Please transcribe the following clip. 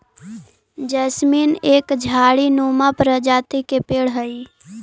jasmine एक झाड़ी नुमा प्रजाति के पेड़ हई